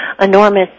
enormous